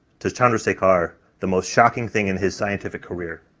to chandrasekar, the most shocking thing in his scientific career.